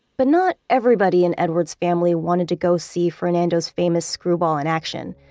but not everybody in edward's family wanted to go see fernando's famous screwball in action.